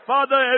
Father